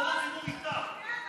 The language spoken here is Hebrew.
רוב הציבור איתך.